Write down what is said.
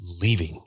leaving